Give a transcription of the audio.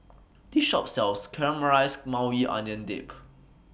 This Shop sells Caramelized Maui Onion Dip